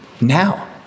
now